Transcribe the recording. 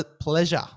pleasure